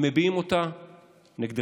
הם מביעים אותה נגדך,